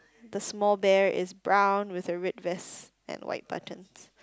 the small bear is brown with a red vest and white buttons